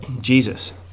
Jesus